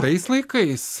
tais laikais